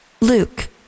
luke